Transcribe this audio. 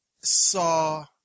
saw